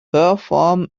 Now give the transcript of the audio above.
perform